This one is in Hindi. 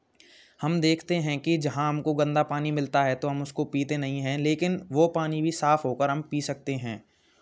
हम देखते हैं कि जहां हमको गंदा पानी मिलता है तो हम उसको पीते नहीं हैं लेकिन वो पानी भी साफ होकर हम पी सकते हैं